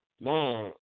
Man